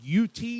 UT